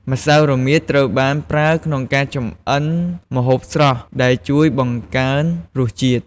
ម្សៅរមៀតត្រូវបានប្រើក្នុងការចម្អិនម្ហូបស្រស់ និងជួយបង្កើនរសជាតិ។